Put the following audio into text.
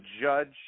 Judge